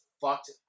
fucked